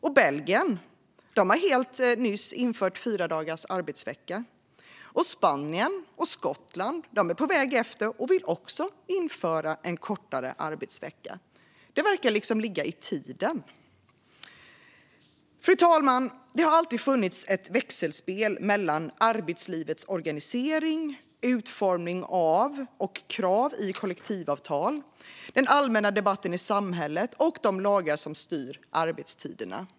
Belgien har helt nyligen infört fyra dagars arbetsvecka. Spanien och Skottland är på väg efter och vill också införa en kortare arbetsvecka. Det verkar ligga i tiden. Fru talman! Det har alltid funnits ett växelspel mellan arbetslivets organisering, utformning av och krav i kollektivavtal, den allmänna debatten i samhället och de lagar som styr arbetstiderna.